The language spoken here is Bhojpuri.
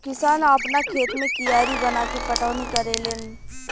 किसान आपना खेत मे कियारी बनाके पटौनी करेले लेन